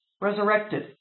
resurrected